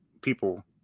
people